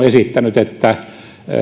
esittänyt että